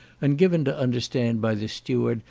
and given to understand by the steward,